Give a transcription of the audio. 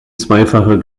zweifache